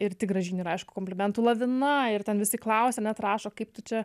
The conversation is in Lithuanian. ir tik gražyn ir aišku komplimentų lavina ir ten visi klausia net rašo kaip tu čia